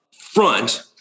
front